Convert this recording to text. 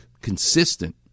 Consistent